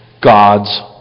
God's